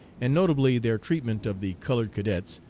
and notably their treatment of the colored cadets,